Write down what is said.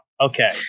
Okay